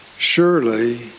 Surely